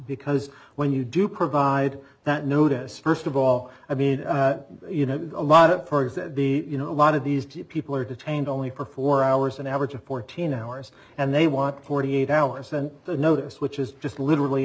because when you do provide that notice first of all i mean you know a lot of the you know a lot of these people are detained only for four hours an average of fourteen hours and they want forty eight hours sent the notice which is just literally